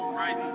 right